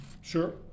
Sure